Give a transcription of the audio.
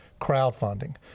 crowdfunding